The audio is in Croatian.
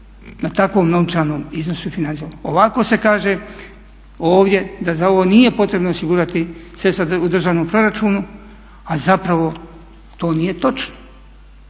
na takvom novčanom iznosu financijskom. Ovako se kaže ovdje da za ovo nije potrebno osigurati sredstva u državnom proračunu a zapravo to nije točno.